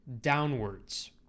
downwards